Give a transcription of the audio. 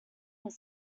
was